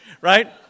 right